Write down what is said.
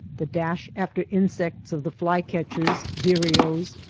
the dash after insects of the fly-catchers, vireos,